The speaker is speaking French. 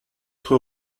être